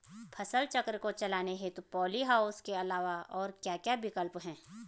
फसल चक्र को चलाने हेतु पॉली हाउस के अलावा और क्या क्या विकल्प हैं?